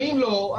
ואם לא,